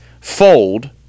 fold